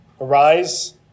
Arise